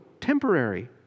temporary